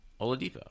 Oladipo